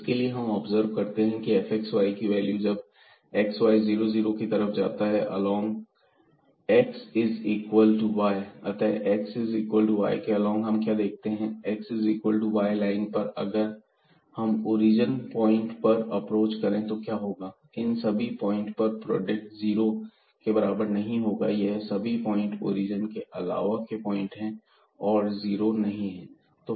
इसके लिए हम ऑब्जर्व करते हैं की fxy की वैल्यू जब x y 00 की तरफ जाता है along x is equal to y अतः x is equal to y के अलौंग हम क्या देखते हैं की x is equal to y line पर अगर हम ओरिजन प्वाइंट पर अप्रोच करें तो क्या होगा इन सभी पॉइंट पर प्रोडक्ट जीरो के बराबर नहीं होगा यह सभी पॉइंट ओरिजन के अलावा के पॉइंट हैं और जीरो नहीं है